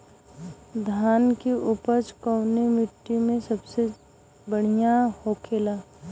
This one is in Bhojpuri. धान की उपज कवने मिट्टी में सबसे बढ़ियां होखेला?